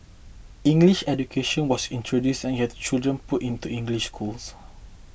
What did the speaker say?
English education was introduced and you had children put into English schools